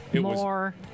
More